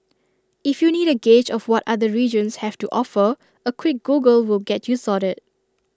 if you need A gauge of what other regions have to offer A quick Google will get you sorted